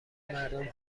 مردم